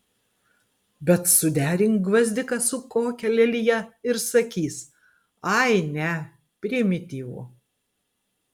bet suderink gvazdiką su kokia lelija ir sakys ai ne primityvu